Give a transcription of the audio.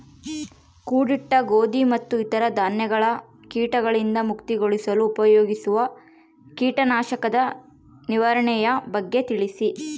ಕೂಡಿಟ್ಟ ಗೋಧಿ ಮತ್ತು ಇತರ ಧಾನ್ಯಗಳ ಕೇಟಗಳಿಂದ ಮುಕ್ತಿಗೊಳಿಸಲು ಉಪಯೋಗಿಸುವ ಕೇಟನಾಶಕದ ನಿರ್ವಹಣೆಯ ಬಗ್ಗೆ ತಿಳಿಸಿ?